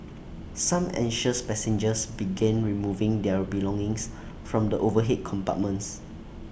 some anxious passengers began removing their belongings from the overhead compartments